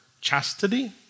chastity